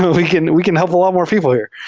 we can we can help a lot more people here.